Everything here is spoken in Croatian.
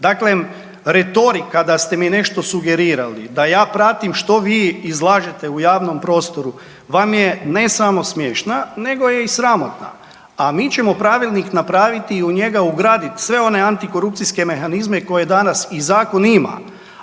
Dakle, retorika da ste mi nešto sugerirali, da ja pratim što vi izlažete u javnom prostoru, vam je, ne samo smiješna, nego je i sramotna. A mi ćemo Pravilnik napraviti i u njega ugraditi sve one antikorupcijske mehanizme koje danas i Zakon ima,